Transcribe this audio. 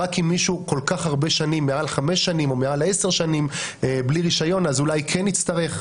רק אם מישהו מעל חמש שנים או מעל 10 שנים בלי רישיון אז אולי כן יצטרך.